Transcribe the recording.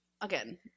again